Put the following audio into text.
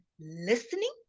listening